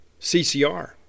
CCR